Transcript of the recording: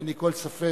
ואין לי כל ספק